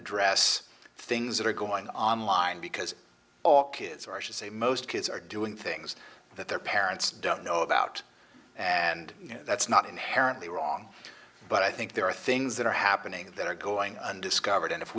address things that are going online because all kids are say most kids are doing things that their parents don't know about and that's not inherently wrong but i think there are things that are happening that are going undiscovered and if